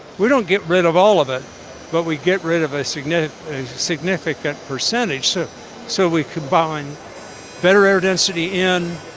we don't get rid of all of it but we get rid of a significant a significant percentage so so we combine better air density in,